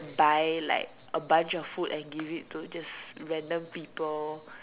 buy like a bunch of food and give it to just random people